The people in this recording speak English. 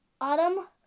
Autumn